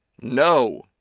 No